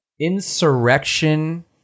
Insurrection